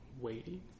waiting